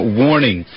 warning